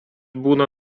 būna